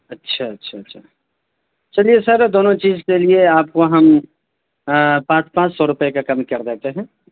اچھا اچھا اچھا چلیے سر دونوں چیز کے لیے آپ کو ہم پانچ پانچ سو روپیے کا کم کر دیتے ہیں